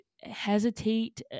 hesitate